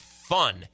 fun